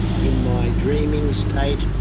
in my dreaming state,